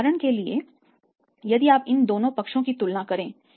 उदाहरण के लिए यदि आप इन दोनों पक्षों की तुलना करते हैं